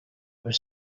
was